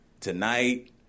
tonight